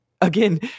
again